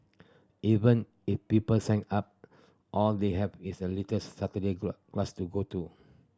even if people sign up all they have is a little Saturday class to go to